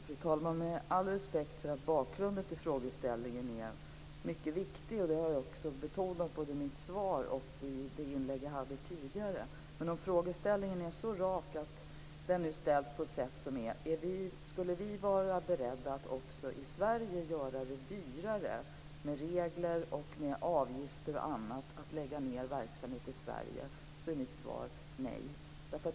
Fru talman! Jag har all respekt för att bakgrunden till frågeställningen är mycket viktig, och det har jag också betonat i mitt svar och i det inlägg jag hade tidigare. Men om det nu ställs en rak fråga: Skulle vi vara beredda att också i Sverige göra det dyrare med regler, avgifter och annat att lägga ned att lägga ned verksamhet i Sverige? är mitt svar nej.